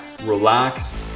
relax